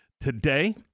today